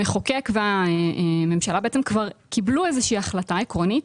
המחוקק והממשלה בעצם כבר קיבלו איזה שהיא החלטה עקרונית: